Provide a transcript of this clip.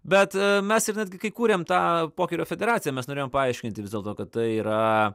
bet mes ir netgi kai kūrėm tą pokerio federaciją mes norėjom paaiškinti vis dėlto kad tai yra